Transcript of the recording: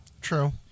True